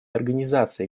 организации